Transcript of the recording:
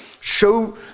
show